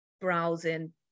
browsing